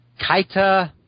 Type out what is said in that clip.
Kaita